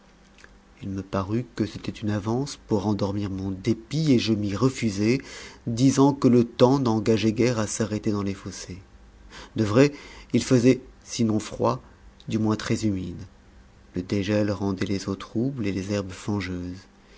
il me parut que c'était une avance pour endormir mon dépit et je m'y refusai disant que le temps n'engageait guère à s'arrêter dans les fossés de vrai il faisait sinon froid du moins très humide le dégel rendait les eaux troubles et les herbes fangeuses